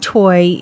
toy